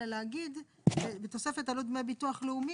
אלא להגיד שבתוספת עלות דמי ביטוח לאומי,